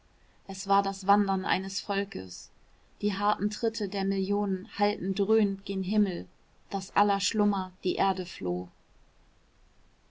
es war das wandern eines volkes die harten tritte der millionen hallten dröhnend gen himmel daß aller schlummer die erde floh